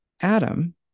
Adam